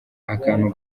akantu